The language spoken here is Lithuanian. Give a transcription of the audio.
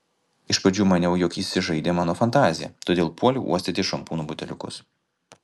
iš pradžių maniau jog įsižaidė mano fantazija todėl puoliau uostyti šampūno buteliukus